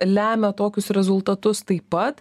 lemia tokius rezultatus taip pat